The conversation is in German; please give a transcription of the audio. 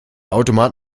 automat